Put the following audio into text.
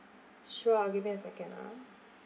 sure give me a second ah